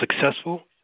successful